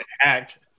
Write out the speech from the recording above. act